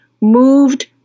moved